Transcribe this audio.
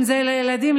אם לילדים,